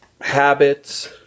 habits